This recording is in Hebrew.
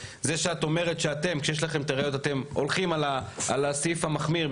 זה שאת אומרת שאתם הולכים על הסעיף המחמיר,